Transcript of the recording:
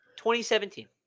2017